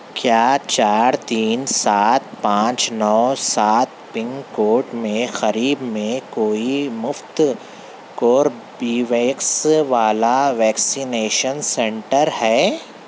کیا چار تین سات پانچ نو سات پن کوڈ میں قریب میں کوئی مفت کوربیویکس والا ویکسینیشن سینٹر ہے